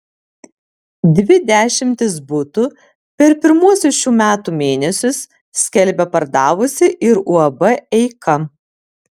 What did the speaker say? dvi dešimtis butų per pirmuosius šių metų mėnesius skelbia pardavusi ir uab eika